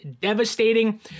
devastating